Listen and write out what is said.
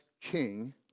king